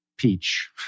Peach